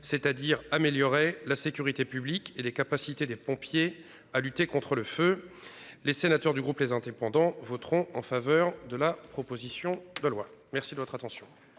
c'est-à-dire améliorer la sécurité publique et les capacités des pompiers à lutter contre le feu. Les sénateurs du groupe les indépendants voteront en faveur de la proposition de loi. Merci de votre attention.